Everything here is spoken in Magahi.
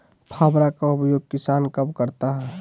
फावड़ा का उपयोग किसान कब करता है?